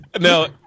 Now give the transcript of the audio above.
no